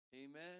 amen